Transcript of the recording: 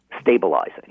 stabilizing